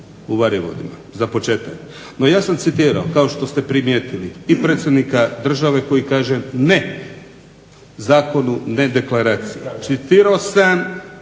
u Varivodima, za početak. No ja sam citirao, kao što ste primijetili i predsjednika države koji kaže ne zakonu, ne deklaraciji. Citirao sam